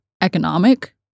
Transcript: economic